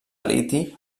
liti